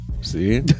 See